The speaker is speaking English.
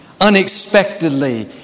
unexpectedly